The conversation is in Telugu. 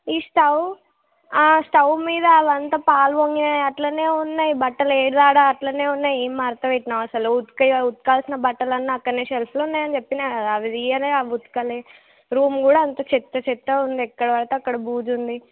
ఈ స్టవ్ ఆ స్టవ్ మీద అదంతా పాలు పొంగాయి అలానే ఉన్నాయి బట్టలు వెయ్యలేదు అలానే ఉన్నాయి ఏవి మడత పెట్టలేదు అసలు ఉక ఉతకాల్సిన బట్టలన్నీ అక్కడే షెల్ఫ్లో ఉన్నాయని చెప్పాను అవి ఇవ్వలేదు అవి ఉతకలేదు రూమ్ కూడా అంతా చెత్త చెత్తగా ఉంది ఎక్కడ పడితే అక్కడ బూజు ఉంది